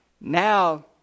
Now